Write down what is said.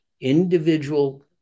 individual